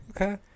Okay